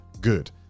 good